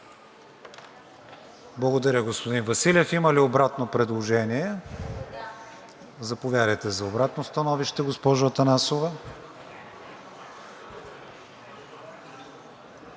Благодаря, господин Василев. Има ли обратно предложение? Заповядайте, за обратно становище, госпожо Атанасова.